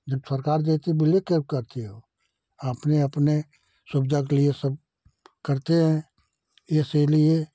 जब सरकार देती है ब्लैक क्यों करते हो अपने अपने सुविधा के लिए सब करते हैं इसलिए